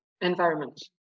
environment